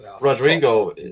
Rodrigo